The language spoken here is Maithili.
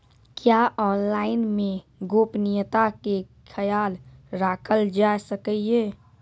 क्या ऑनलाइन मे गोपनियता के खयाल राखल जाय सकै ये?